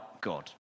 God